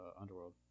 Underworld